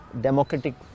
democratic